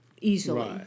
easily